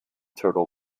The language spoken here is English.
turtle